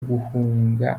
guhunga